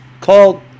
called